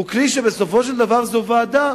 הוא כלי, בסופו של דבר זאת ועדה.